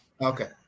Okay